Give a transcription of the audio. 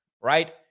Right